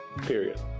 Period